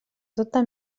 tota